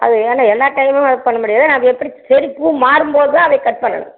அது ஏன்னா எல்லா டைமும் அதை பண்ண முடியாது ஆனால் அதை எப்படி செடி பூ மாறும் போது தான் அதை கட் பண்ணணும்